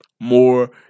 more